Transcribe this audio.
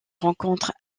rencontres